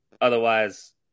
Otherwise